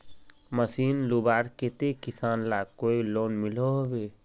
Machine लुबार केते किसान लाक कोई लोन मिलोहो होबे?